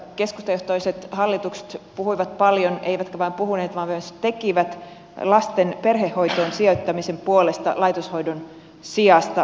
keskustajohtoiset hallitukset puhuivat paljon eivätkä vain puhuneet vaan myös tekivät lasten perhehoitoon sijoittamisen puolesta laitoshoidon sijasta